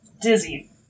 dizzy